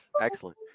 excellent